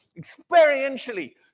Experientially